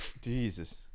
Jesus